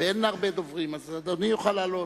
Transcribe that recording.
ואין הרבה דוברים, אז אדוני יוכל לעלות.